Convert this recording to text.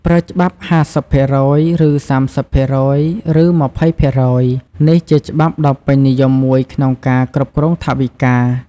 ប្រើច្បាប់ ៥០% ឬ៣០% ឬ២០% នេះជាច្បាប់ដ៏ពេញនិយមមួយក្នុងការគ្រប់គ្រងថវិកា។